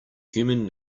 human